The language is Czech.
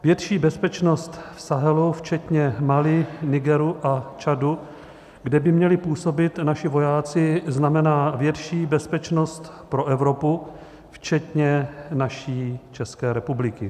Větší bezpečnost Sahelu včetně Mali, Nigeru a Čadu, kde by měli působit naši vojáci, znamená větší bezpečnost pro Evropu včetně naší České republiky.